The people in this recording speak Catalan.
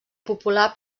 popular